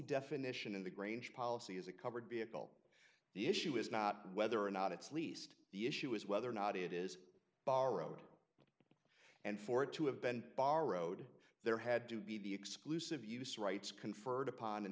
definition of the grange policy as it covered b at all the issue is not whether or not it's least the issue is whether or not it is borrowed and for it to have been borrowed there had to be the exclusive use rights conferred upon in